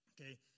okay